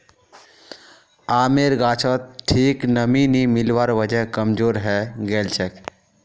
आमेर गाछोत ठीक नमीं नी मिलवार वजह कमजोर हैं गेलछेक